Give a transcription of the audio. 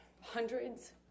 hundreds